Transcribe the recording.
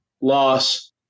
loss